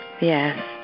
yes